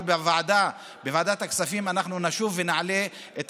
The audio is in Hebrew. אבל בוועדת הכספים אנחנו נשוב ונעלה את